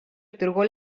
otorgó